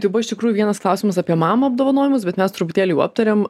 tai buvo iš tikrųjų vienas klausimas apie mamo apdovanojimus bet mes truputėlį jau aptarėm